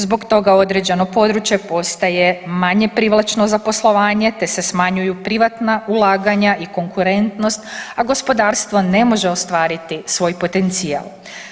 Zbog toga određeno područje postaje manje privlačno za poslovanje te se smanjuju privatna ulaganja i konkurentnost, a gospodarstvo ne može ostvariti svoj potencijal.